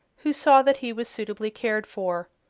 who saw that he was suitably cared for.